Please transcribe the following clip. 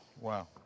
wow